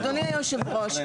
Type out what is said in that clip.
אדוני יושב הראש,